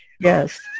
Yes